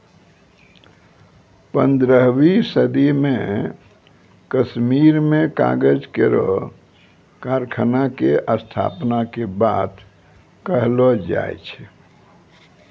पन्द्रहवीं सदी म कश्मीर में कागज केरो कारखाना क स्थापना के बात कहलो जाय छै